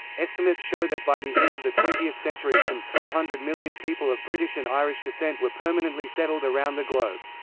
estimates show that by the end of the twentieth century some three hundred million people of british and irish descent were permanently settled around the globe.